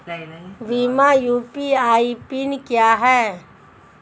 Bhim UPI PIN क्या है?